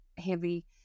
heavy